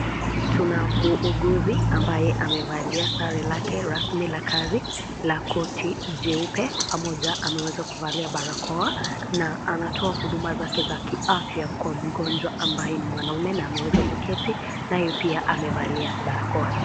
Tuna muuguzi, ambaye amevalia sare yake rasmi la kazi la koti jeupe pamoja. Ameweza kuvalia bakora na anatoa huduma zake za kiafya kwa mgonjwa, ambaye ni mwanaume na ameweza kuketi. Naye pia, amevalia barakoa.